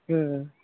ம் ம்